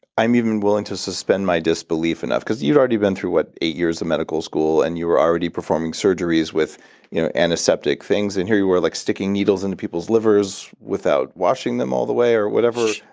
i'm even willing to suspend my disbelief enough, because you've already been through, what, eight years of medical school, and you were already performing surgeries with you know antiseptic things? and here you were like sticking needles into peoples livers without washing them all the way or whatever.